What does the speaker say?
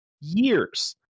Years